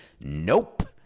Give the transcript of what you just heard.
Nope